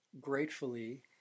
gratefully